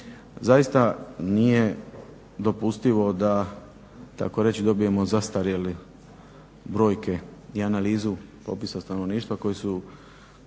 Zaista nije dopustivo da takoreći dobijemo zastarjele brojke i analizu popisa stanovništva koji su